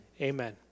Amen